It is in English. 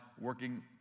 working